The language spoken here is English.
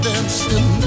Dancing